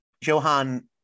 Johan